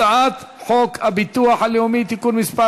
הצעת חוק הביטוח הלאומי (תיקון מס'